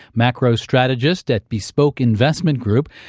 macro strategist at bespoke investment group,